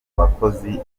bakozi